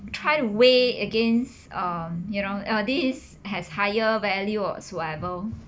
try to weigh against um you know uh this has higher value or soever